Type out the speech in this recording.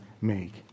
make